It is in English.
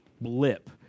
blip